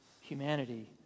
humanity